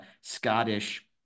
Scottish